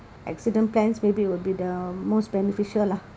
accident plans maybe will be the most beneficial lah